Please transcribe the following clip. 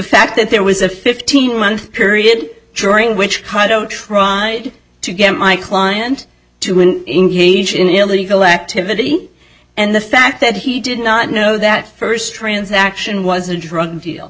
fact that there was a fifteen month period during which i don't try to get my client to engage in illegal activity and the fact that he did not know that first transaction was a drug deal